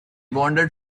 wandered